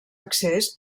accés